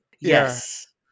Yes